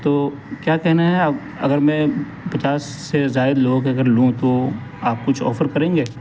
تو کیا کہنا ہے اب اگر میں پچاس سے زائد لوگوں کے اگر لوں تو آپ کچھ آفر کریں گے